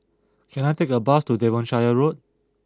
can I take a bus to Devonshire Road